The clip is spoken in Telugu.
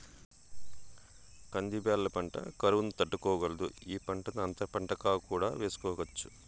కంది బ్యాళ్ళ పంట కరువును తట్టుకోగలదు, ఈ పంటను అంతర పంటగా కూడా వేసుకోవచ్చు